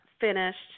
finished –